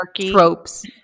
tropes